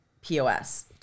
pos